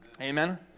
Amen